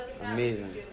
amazing